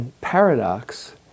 paradox